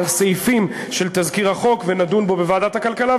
הסעיפים של תזכיר החוק ונדון בו בוועדת הכלכלה,